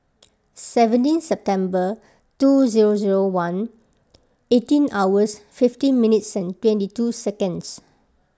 seventeen September two zero zero one eighteen hours fifteen minutes twenty two seconds